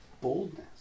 boldness